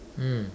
mm